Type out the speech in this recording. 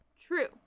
True